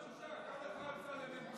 אין לכם בושה.